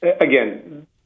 again